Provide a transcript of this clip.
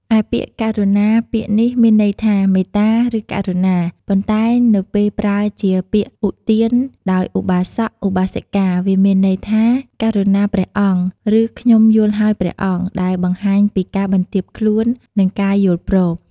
ឯពាក្យករុណាពាក្យនេះមានន័យថា "មេត្តា" ឬ "ករុណា" ប៉ុន្តែនៅពេលប្រើជាពាក្យឧទានដោយឧបាសក ឧបាសិកា វាមានន័យថា "ករុណាព្រះអង្គ" ឬ "ខ្ញុំយល់ហើយព្រះអង្គ" ដែលបង្ហាញពីការបន្ទាបខ្លួន និងការយល់ព្រម។